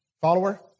follower